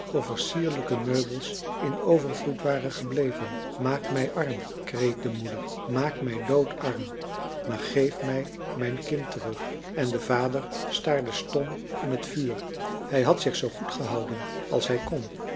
er sierlijke meubels in overvloed waren gebleven maak mij arm kreet de moeder maak mij doodarm maar geef mij mijn kind terug en de vader staarde stom in het vuur hij had zich zoo goed gehouden als hij kon